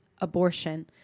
abortion